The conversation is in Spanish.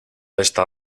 esta